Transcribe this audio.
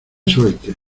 sueltes